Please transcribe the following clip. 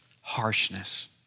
harshness